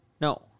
no